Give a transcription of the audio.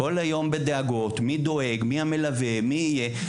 כל היום בדאגות, מי דואג, מי המלווה, מי יהיה?